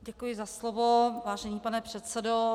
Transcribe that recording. Děkuji za slovo, vážený pane předsedo.